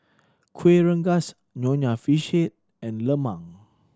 Kueh Rengas Nonya Fish Head and lemang